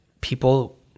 people